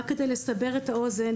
רק כדי לסבר את האוזן,